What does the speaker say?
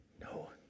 No